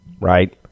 right